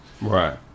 Right